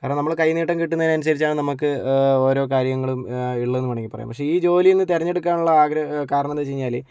കാരണം നമ്മൾ കൈ നീട്ടം കിട്ടുന്നതിനനുസരിച്ചാണ് നമുക്ക് ഓരോ കാര്യങ്ങളും ഉള്ളത് വേണമെങ്കിൽ പറയാം പക്ഷേ ഈ ജോലി തന്നെ തിരഞ്ഞെടുക്കാനുള്ള ആഗ്രഹം കാരണമെന്ന് വെച്ച് കഴിഞ്ഞാൽ